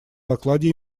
докладе